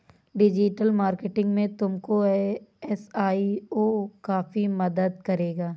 digital marketing में तुमको SEO काफी मदद करेगा